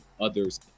others